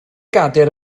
gadair